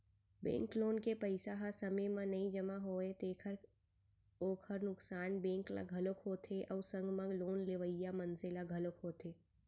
bank loan के पइसा ह समे म नइ जमा होवय तेखर ओखर नुकसान बेंक ल घलोक होथे अउ संग म लोन लेवइया मनसे ल घलोक होथे